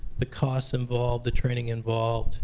the costs involved, the training involved